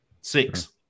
six